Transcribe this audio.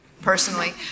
personally